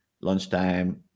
lunchtime